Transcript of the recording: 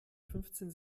fünfzehn